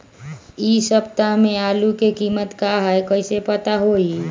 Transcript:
इ सप्ताह में आलू के कीमत का है कईसे पता होई?